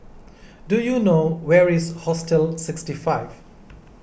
do you know where is Hostel sixty five